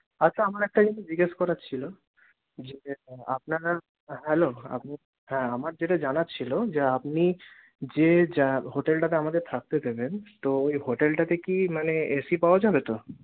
আচ্ছা আমার একটা জিনিস জিজ্ঞেস করার ছিলো যে আপনারা হ্যালো হ্যাঁ আমার যেটা জানার ছিলো আপনি যে হোটেলটাতে আমাদের থাকতে দেবেন তো ওই হোটেলটাতে কি মানে এসি পাওয়া যাবে তো